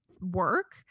work